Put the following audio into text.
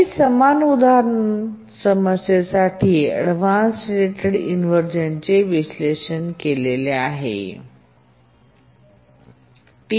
खाली समान उदाहरण समस्येसाठी अव्हॉईडन्स रिलेटेड इन्व्हरझनचे विश्लेषण खालीलप्रमाणे आहे